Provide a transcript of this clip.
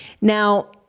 Now